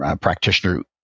practitioner